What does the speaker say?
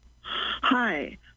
Hi